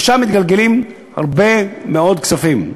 ושם מתגלגלים הרבה מאוד כספים.